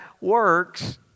works